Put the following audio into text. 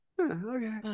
Okay